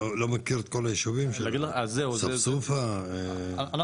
אני לא מכיר את כל הישובים שם, ספסופה, למשל?